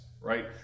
right